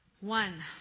One